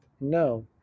No